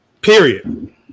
Period